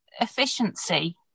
efficiency